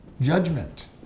judgment